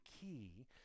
key